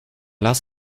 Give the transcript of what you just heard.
las